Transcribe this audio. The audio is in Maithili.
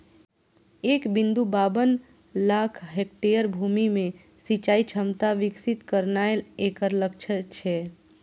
एक बिंदु बाबन लाख हेक्टेयर भूमि मे सिंचाइ क्षमता विकसित करनाय एकर लक्ष्य छै